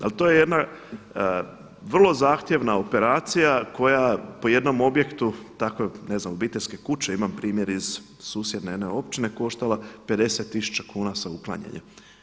Ali to je jedna vrlo zahtjevna operacija koja po jednom objektu, takve ne znam obiteljske kuće, imam primjer iz susjedne jedne općine koštala 50 tisuća kuna sa uklanjanjem.